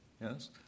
yes